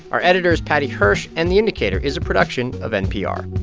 our editor is paddy hirsch, and the indicator is a production of npr